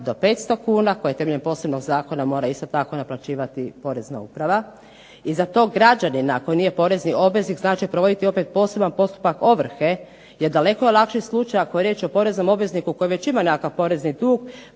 do 500 kuna koji temeljem posebnog zakona mora isto tako naplaćivati porezna uprava, i za tog građanina koji nije porezni obveznik znači provoditi opet poseban postupak ovrhe je daleko lakši slučaj, ako je riječ o poreznom obvezniku koji već ima nekakav porezni dug,